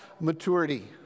maturity